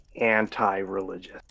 anti-religious